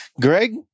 Greg